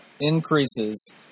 increases